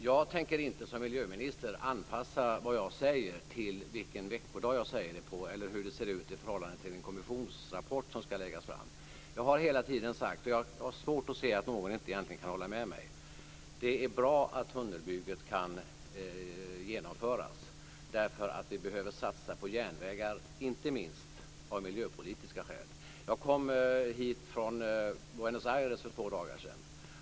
Fru talman! Jag tänker som miljöminister inte anpassa vad jag säger till vilken veckodag jag säger det eller till hur det ser ut i förhållande till en kommissionsrapport som skall läggas fram. Jag har hela tiden sagt, och jag har svårt att se att någon egentligen inte skulle kunna hålla med mig om det, att det är bra att tunnelbygget kan genomföras därför att vi behöver satsa på järnvägar, inte minst av miljöpolitiska skäl. Jag kom från Buenos Aires för två dagar sedan.